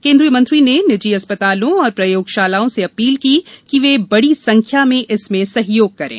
केंद्रीय मंत्री ने निजी अस्पतालों और प्रयोगशालाओं से अपील की कि वे बड़ी संख्या में इसमें सहयोग करें